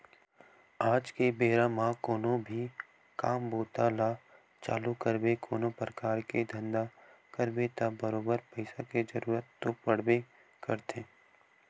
आज के बेरा म कोनो भी काम बूता ल चालू करबे कोनो परकार के धंधा करबे त बरोबर पइसा के जरुरत तो पड़बे करथे